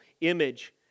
image